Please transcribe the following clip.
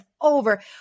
over